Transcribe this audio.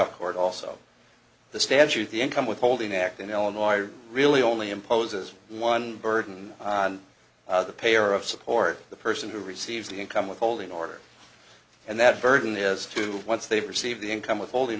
l court also the statute the income withholding act in illinois really only imposes one burden on the payer of support the person who receives the income withholding order and that burden is to once they've received the income withholdin